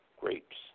grapes